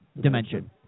dimension